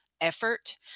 effort